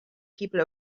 people